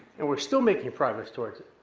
and we're still making progress towards it.